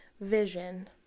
vision